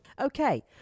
Okay